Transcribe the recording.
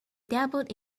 dabbled